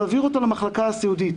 תעביר אותו למחלקה הסיעודית.